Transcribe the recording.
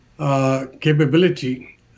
Capability